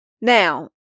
Now